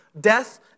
death